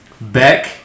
Beck